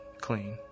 clean